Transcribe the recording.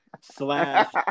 slash